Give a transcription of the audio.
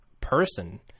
person